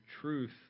truth